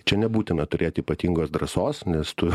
čia nebūtina turėti ypatingos drąsos nes tu